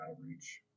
outreach